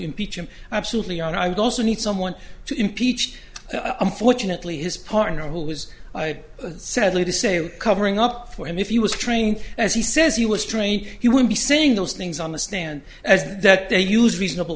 impeach him absolutely and i'd also need someone to impeach him fortunately his partner who was i said lee to say covering up for him if he was trained as he says he was trained he would be saying those things on the stand that they use reasonable